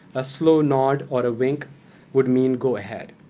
a slow nod or a wink would mean, go ahead.